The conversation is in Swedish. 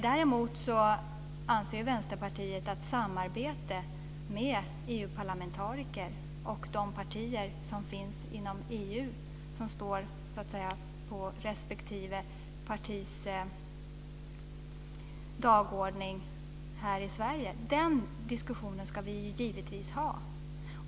Däremot anser Vänsterpartiet att samarbete med EU-parlamentariker och de partier som finns inom EU, som står på respektive partis dagordning här i Sverige, den diskussionen ska vi ju givetvis ha.